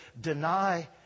deny